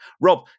Rob